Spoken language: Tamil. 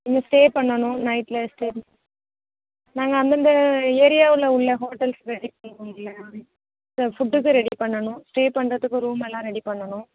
ஸ்டே பண்ணனும் நைட்டில் ஸ்டே நாங்கள் அந்தந்த ஏரியாவில் உள்ள ஹோட்டல்ஸ் ரெடி பண்ணனும் ஃபுட்டுக்கு ரெடி பண்ணனும் ஸ்டே பண்றதுக்கு ரூமெல்லாம் ரெடி பண்ணனும்